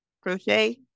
crochet